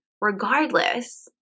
Regardless